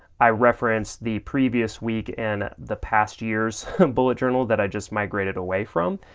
i referenced the previous week in the past years bullet journal that i just migrated away from,